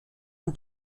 und